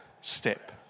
step